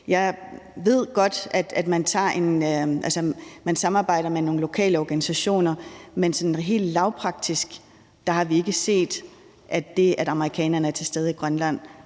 Jeg ved godt, at man samarbejder med nogle lokale organisationer, men sådan helt lavpraktisk har vi ikke set, at det, at amerikanerne er til stede i Grønland,